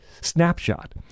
snapshot